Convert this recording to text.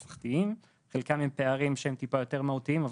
חלקם פערים טיפה יותר מהותיים,